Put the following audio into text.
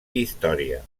història